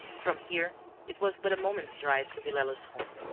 from here it was but a moment's drive to villela's home.